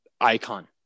Icon